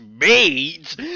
maids